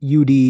UD